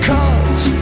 Cause